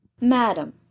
Madam